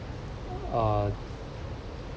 uh